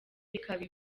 bikaba